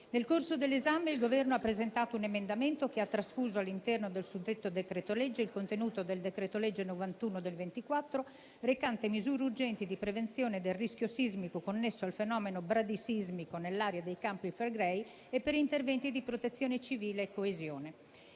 Nel corso dell'esame il Governo ha presentato un emendamento che ha trasfuso, all'interno del suddetto decreto-legge, il contenuto del decreto-legge n. 91 del 2024 recante misure urgenti di prevenzione del rischio sismico connesso al fenomeno bradisismico nell'area dei Campi Flegrei e per interventi di protezione civile e coesione.